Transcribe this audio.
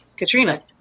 Katrina